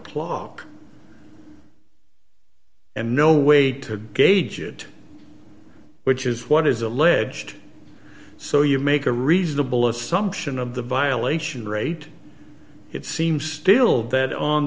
clock and no way to gauge it which is what is alleged so you make a reasonable assumption of the violation rate it seems still that on